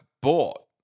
bought